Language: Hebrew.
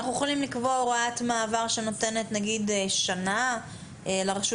אנחנו יכולים לקבוע הוראת מעבר שנותנת שנה לרשות